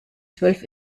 zwölf